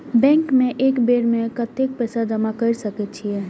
Bank में एक बेर में कतेक पैसा जमा कर सके छीये?